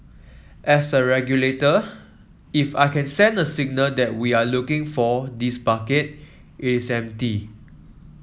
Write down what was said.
as a regulator if I can send a singer that we are looking for this bucket it is empty